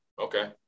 Okay